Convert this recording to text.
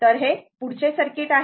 तर हे पुढचे सर्किट आहे